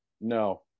No